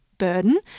burden